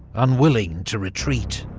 unwilling to retreat.